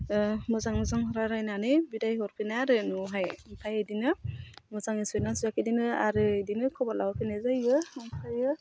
मोजां मोजां रायलायनानै बिदाय हरफिनो आरो न'वावहाय ओमफ्राय बिदिनो मोजाङै सहैदोंना सहैयाखै बिदिनो आरो बिदिनो खबर लाहरफिननाय जायो ओमफ्रायो